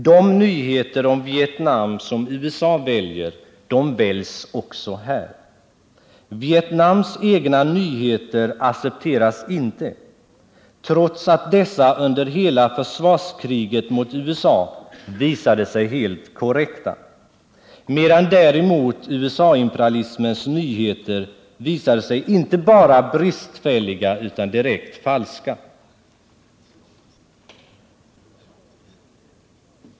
De nyheter om Vietnam som USA väljer väljs också här. Vietnams egna nyheter accepteras inte, trots att dessa under hela försvarskriget mot USA visade sig helt korrekta, medan däremot USA imperialismens nyheter visade sig inte bara bristfälliga utan direkt falska.